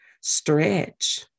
Stretch